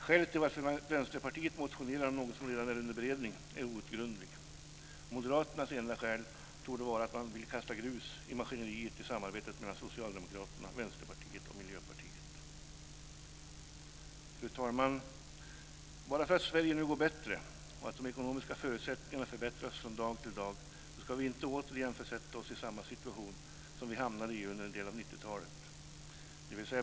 Skälet till att Vänsterpartiet motionerat i ett ärende som är under beredning är outgrundligt. Moderaternas enda motiv torde vara att man vill kasta grus i maskineriet vad gäller samarbetet mellan Socialdemokraterna, Vänsterpartiet och Miljöpartiet. Fru talman! Bara därför att Sverige nu går bättre och de ekonomiska förutsättningarna förbättras från dag till dag ska vi inte återigen försätta oss i samma situation som vi hamnade i under en del av 90-talet.